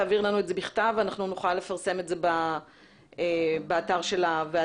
תעביר לנו את זה בכתב ואנחנו נוכל לפרסם את זה באתר של הוועדה.